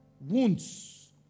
wounds